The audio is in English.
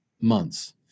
months